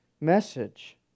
message